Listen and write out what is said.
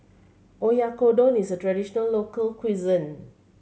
oyakodon is a traditional local cuisine